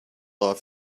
off